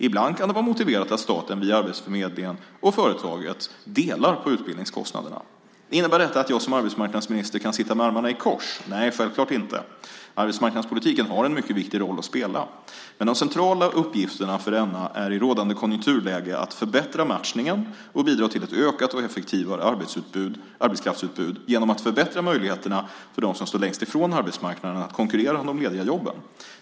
Ibland kan det vara motiverat att staten, via arbetsförmedlingen, och företaget delar på utbildningskostnaderna. Innebär detta att jag som arbetsmarknadsminister kan sitta med armarna i kors? Nej, självklart inte. Arbetsmarknadspolitiken har en mycket viktig roll att spela. Men de centrala uppgifterna för denna är i rådande konjunkturläge att förbättra matchningen och bidra till ett ökat och effektivare arbetskraftsutbud genom att förbättra möjligheterna för dem som står längst från arbetsmarknaden att konkurrera om de lediga jobben.